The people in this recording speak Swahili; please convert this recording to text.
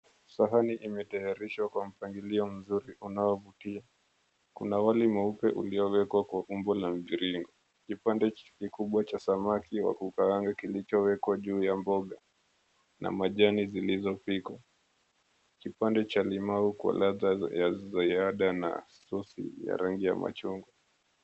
Sahani imetayarishwa kwa mpangilio mzuri unaovutia. Kuna wale meupe uliowekwa kwa umbo la mviringo. Kipange kikubwa cha samaki wakukaranga kilichowekwa juu ya mboga na majani zilizopikwa. Kipande cha limau kwa ladha ya ziada na sosi ya rangi ya machungwa.